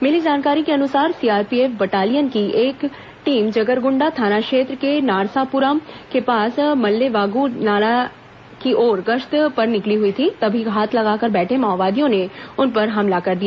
मिली जानकारी के अनुसार सीआरपीएफ बटालियन की एक टीम जगरगुंडा थाना क्षेत्र के नारसापुरम के पास मल्लेवागु नाला की ओर गश्त पर निकली हुई थी तभी घात लगाकर बैठे माओवादियों ने उन पर हमला कर दिया